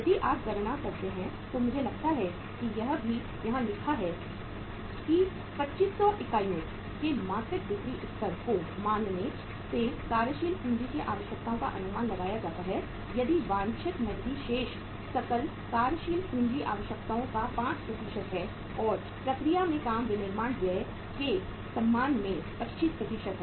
यदि आप गणना करते हैं तो मुझे लगता है कि यह भी यहाँ लिखा है कि 2500 इकाइयों के मासिक बिक्री स्तर को मानने से कार्यशील पूंजी की आवश्यकताओं का अनुमान लगाया जाता है यदि वांछित नकदी शेष सकल कार्यशील पूंजी आवश्यकताओं का 5 है और प्रक्रिया में काम विनिर्माण व्यय के सम्मान में 25 है